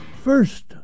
First